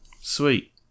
Sweet